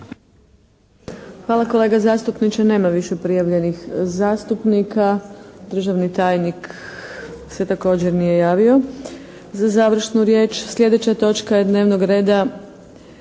Hvala kolega zastupniče. Nema više prijavljenih zastupnika. Državni tajnik se također nije javio za završnu riječ. **Šeks, Vladimir